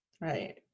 right